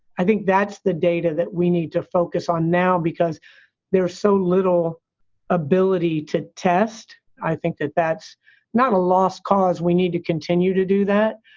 i think that's the data that we need to focus on now because there is so little ability to test. i think that that's not a lost cause. we need to continue to do that.